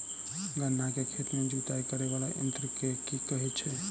गन्ना केँ खेत केँ जुताई करै वला यंत्र केँ की कहय छै?